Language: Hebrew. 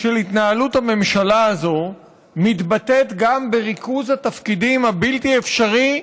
של התנהלות הממשלה הזו מתבטאת גם בריכוז התפקידים הבלתי-אפשרי,